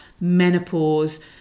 menopause